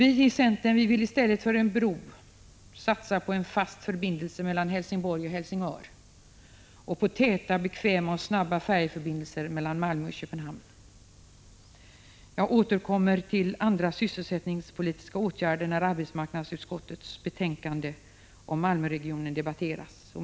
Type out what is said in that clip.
I stället för att satsa på en bro vill vi i centern satsa på en fast förbindelse mellan Helsingborg och Helsingör samt på täta, bekväma och snabba 51 färjeförbindelser mellan Malmö och Köpenhamn. Jag återkommer till andra sysselsättningspolitiska åtgärder när vi skall debattera arbetsmarknadsutskottets betänkande 18, som handlar om sysselsättningsåtgärder i Malmöregionen.